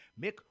Mick